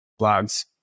blogs